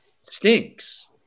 stinks